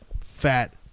fat